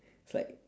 it's like